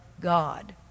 God